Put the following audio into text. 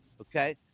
okay